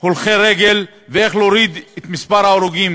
הולכי רגל ואיך להוריד את מספר ההרוגים